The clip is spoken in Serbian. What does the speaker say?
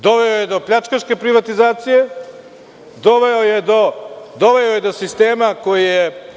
Doveo je do pljačkaške privatizacije, doveo je do sistema koji je